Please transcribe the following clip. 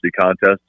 contest